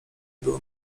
był